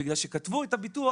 בגלל שכשכתבו את הביטוח,